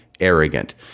arrogant